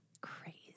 Crazy